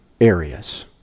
areas